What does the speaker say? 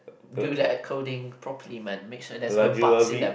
do that coding properly man make sure there's no bugs in there